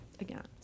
again